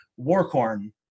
Warcorn